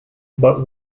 but